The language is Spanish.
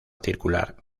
circular